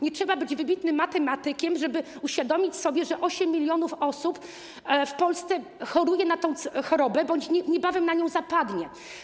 Nie trzeba być wybitnym matematykiem, żeby uświadomić sobie, że 8 mln osób w Polsce choruje na tę chorobę bądź niebawem na nią zapadnie.